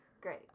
Great